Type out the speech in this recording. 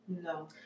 No